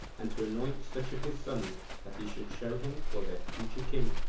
and to anoint such of his sons as he should show him for their future king.